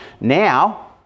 now